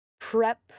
prep